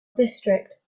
district